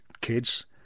kids